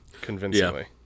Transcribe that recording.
convincingly